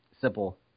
simple